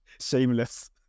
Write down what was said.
Shameless